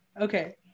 okay